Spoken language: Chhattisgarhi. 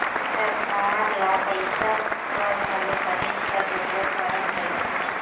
सरकार ल पइसा कर घलो कहेच कर जरूरत परत रहथे